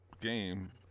game